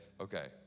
Okay